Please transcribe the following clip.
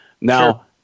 Now